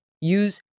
Use